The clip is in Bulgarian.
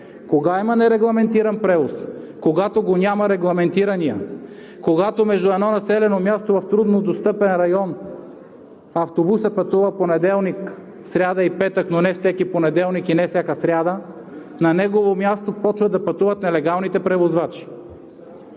Кога има нерегламентиран превоз? Когато го няма регламентирания, когато между едно населено място в труднодостъпен район автобусът пътува понеделник, сряда и петък, но не всеки понеделник и не всяка сряда, на негово място започват да пътуват нелегалните превозвачи.